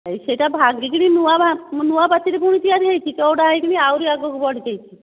ସେହିଟା ଭାଙ୍ଗିକିରି ନୂଆ ନୂଆ ପାଚେରୀ ପୁଣି ତିଆରି ହୋଇଛି ଚଉଡ଼ା ହୋଇକରି ଆହୁରି ଆଗକୁ ବଢ଼ିଯାଇଛି